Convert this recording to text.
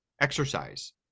exercise